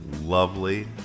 lovely